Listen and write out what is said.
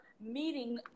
meeting